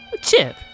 Chip